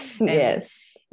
yes